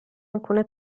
alcune